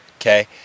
okay